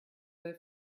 their